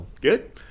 Good